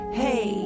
hey